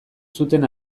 zuten